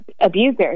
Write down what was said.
abusers